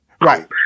right